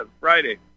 Friday